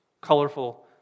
Colorful